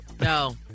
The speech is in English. No